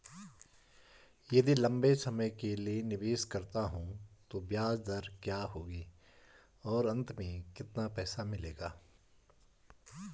यदि लंबे समय के लिए निवेश करता हूँ तो ब्याज दर क्या होगी और अंत में कितना पैसा मिलेगा?